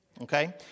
Okay